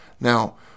Now